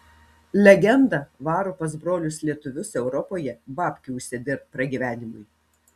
legenda varo pas brolius lietuvius europoje babkių užsidirbt pragyvenimui